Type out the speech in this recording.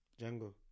Django